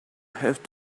have